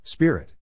Spirit